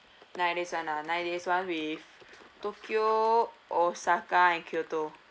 nine days one ah nine days one with tokyo osaka and kyoto